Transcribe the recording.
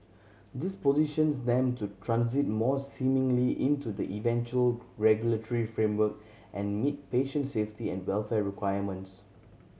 this positions them to transit more into the eventual regulatory framework and meet patient safety and welfare requirements